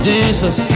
Jesus